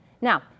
Now